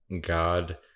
god